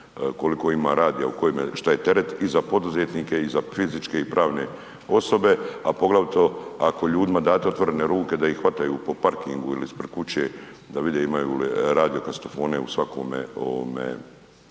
koliko ima radija u kojemu, šta je teret i za poduzetnike i za fizičke i pravne osobe a poglavito ako ljudima date otvorene ruke da ih hvataju po parkingu ili ispred kuće da vide imaju li radio kazetofone u svakome vozilu.